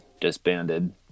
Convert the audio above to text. disbanded